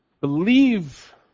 Believe